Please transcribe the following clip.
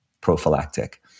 prophylactic